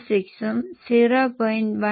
06 ഉം 0